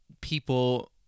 people